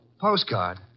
Postcard